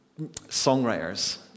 songwriters